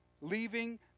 leaving